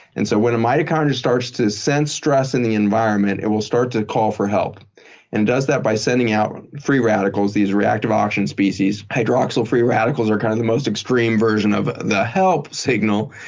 and so when the mitochondria starts to sense stress in the environment, it will start to call for help and does that by sending out and free radicals, these reactive oxygen species, hydroxyl free radicals are kind of the most extreme version of the help signal.